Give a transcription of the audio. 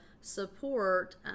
support